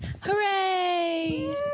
hooray